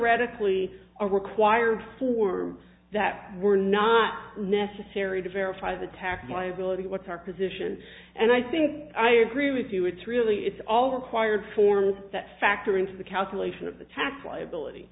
radically are required for that were not necessary to verify the tax liability what's our position and i think i agree with you it's really it's all required forms that factor into the calculation of the tax liability